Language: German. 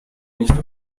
nicht